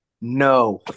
No